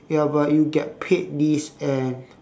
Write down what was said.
ya but you get paid this and